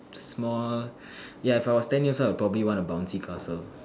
small ya for a ten years old I probably want a bouncy castle